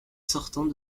sortant